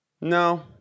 No